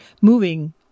moving